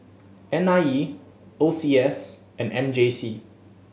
N I E O C S and M J C